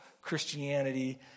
Christianity